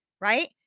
Right